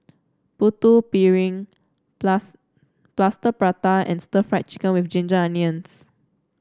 Putu Piring Plaster Prata and Stir Fried Chicken with Ginger Onions